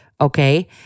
Okay